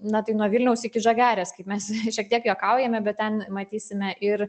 na tai nuo vilniaus iki žagarėskaip mes šiek tiek juokaujame bet ten matysime ir